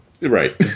Right